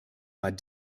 war